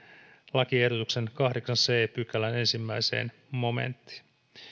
lakiehdotuksen kahdeksannen c pykälän ensimmäiseen momenttiin